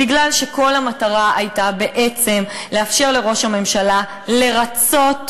בגלל שכל המטרה הייתה בעצם לאפשר לראש הממשלה לרצות,